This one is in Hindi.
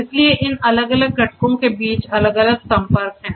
इसलिए इन अलग अलग घटकों के बीच अलग अलग संपर्क हैं